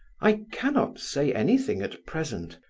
i cannot say anything at present.